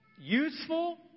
useful